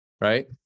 right